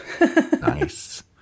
nice